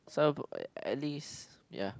some at least ya